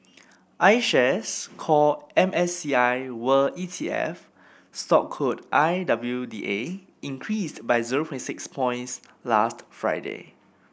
IShares Core M S C I World E T F stock code I W D A increased by zero six points last Friday